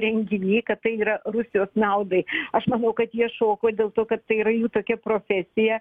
renginy kad tai yra rusijos naudai aš manau kad jie šoko dėl to kad tai yra jų tokia profesija